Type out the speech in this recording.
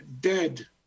Dead